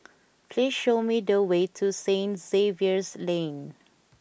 please show me the way to St Xavier's Lane